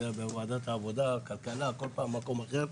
זה היה בוועדת העבודה, כלכלה, כל פעם מקום אחר.